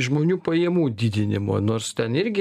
žmonių pajamų didinimo nors ten irgi